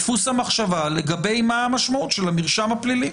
דפוס המחשבה לגבי המשמעות של המרשם הפלילי.